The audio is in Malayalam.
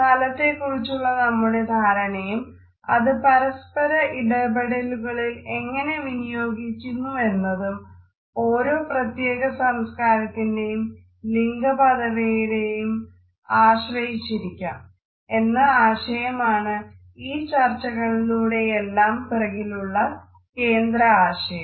സ്ഥലത്തെക്കുറിച്ചുള്ള നമ്മുടെ ധാരണയും അത് പരസ്പര ഇടപെടലുകളിൽ എങ്ങനെ വിനിയോഗിക്കുന്നുവെന്നതും ഓരോ പ്രത്യേക സംസ്കാരത്തിന്റെയും ലിംഗപദവിയെയും ആശ്രയിച്ചായിരിക്കും എന്ന ആശയമാണ് ഈ ചർച്ചകളുടെയെല്ലാം പിറകിലുള്ള കേന്ദ്രാശയം